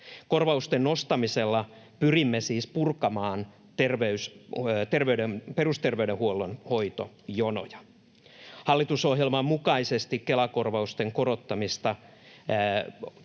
Korvausten nostamisella pyrimme siis purkamaan perusterveydenhuollon hoitojonoja. Hallitusohjelman mukaisesti Kela-korvausten korottamista